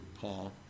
Paul